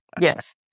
Yes